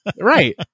right